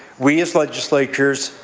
we, as legislators,